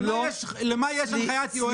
למה יש הנחיית יועץ?